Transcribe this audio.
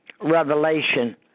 Revelation